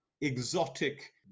exotic